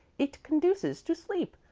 it conduces to sleep,